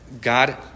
God